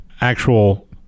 actual